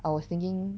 I was thinking